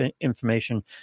information